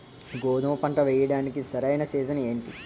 గోధుమపంట వేయడానికి సరైన సీజన్ ఏంటి?